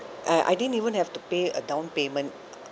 uh I didn't even have to pay a down payment